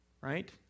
Right